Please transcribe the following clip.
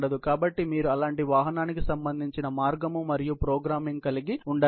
కాబట్టి మీరు అలాంటి వాహనానికి సంబంధించిన మార్గం మరియు ప్రోగ్రామింగ్ కలిగి ఉండాలి